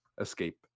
escape